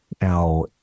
Now